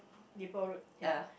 Depot Road ya